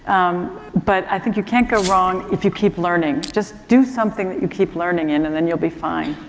um, but i think you can't go wrong if you keep learning. just do something that you keep learning in and then you'll be fine.